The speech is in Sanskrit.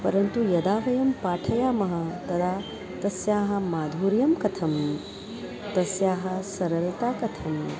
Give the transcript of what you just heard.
परन्तु यदा वयं पाठयामः तदा तस्याः माधुर्यं कथं तस्याः सरलता कथम्